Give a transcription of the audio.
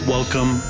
Welcome